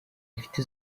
mfite